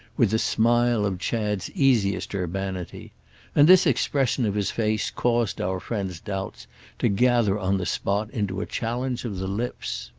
with the smile of chad's easiest urbanity and this expression of his face caused our friend's doubts to gather on the spot into a challenge of the lips.